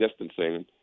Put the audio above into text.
distancing